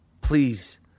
please